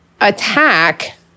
attack